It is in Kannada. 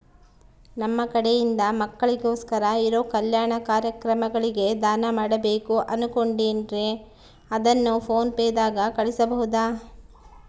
ನಮ್ಮ ಕಡೆಯಿಂದ ಮಕ್ಕಳಿಗೋಸ್ಕರ ಇರೋ ಕಲ್ಯಾಣ ಕಾರ್ಯಕ್ರಮಗಳಿಗೆ ದಾನ ಮಾಡಬೇಕು ಅನುಕೊಂಡಿನ್ರೇ ಅದನ್ನು ಪೋನ್ ಪೇ ದಾಗ ಕಳುಹಿಸಬಹುದಾ?